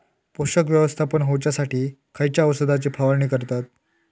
पोषक व्यवस्थापन होऊच्यासाठी खयच्या औषधाची फवारणी करतत?